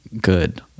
good